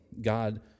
God